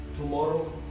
tomorrow